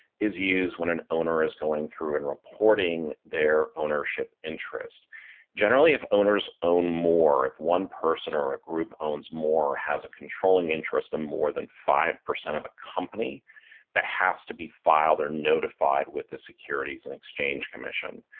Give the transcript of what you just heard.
is use when an owner is going through and reporting their ownership interest generally if owners own more if one person or a group owns more has a controlling interest in more than five percent of a company that has to be filed or notified with the securities and exchange commission.